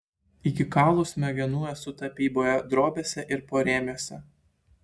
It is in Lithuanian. iki kaulų smegenų esu tapyboje drobėse ir porėmiuose